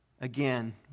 again